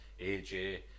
AJ